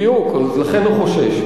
בדיוק, אז לכן הוא חושש.